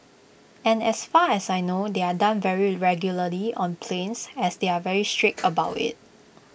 and as far as I know they are done very regularly on planes as they are very strict about IT